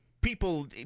people